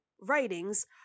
writings